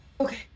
okay